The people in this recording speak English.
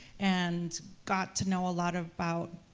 and got to know ah lot about,